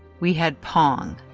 we had pong.